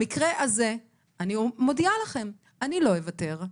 במקרה הזה, אני מודיעה לכם, אני לא אוותר.